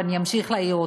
ואני אמשיך להעיר אותה: